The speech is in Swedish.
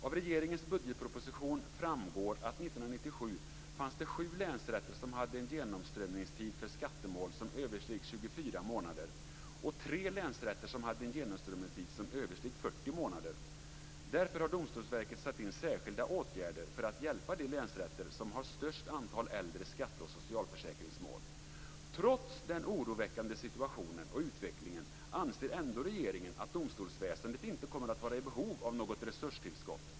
Av regeringens budgetproposition framgår att 1997 fanns det sju länsrätter som hade en genomströmningstid för skattemål som översteg 24 månader och tre länsrätter som hade en genomströmningstid som översteg 40 månader. Därför har Domstolsverket satt in särskilda åtgärder för att hjälpa de länsrätter som har störst antal äldre skatte och socialförsäkringsmål. Trots den oroväckande situationen och utvecklingen anser ändå regeringen att domstolsväsendet inte kommer att vara i behov av något resurstillskott.